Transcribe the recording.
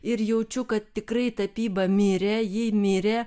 ir jaučiu kad tikrai tapyba mirė ji mirė